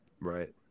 Right